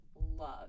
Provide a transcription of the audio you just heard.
love